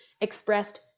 expressed